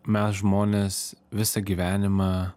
mes žmonės visą gyvenimą